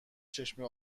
چشمه